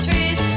Trees